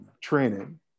training